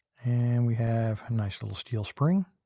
and we have a nice little steel spring.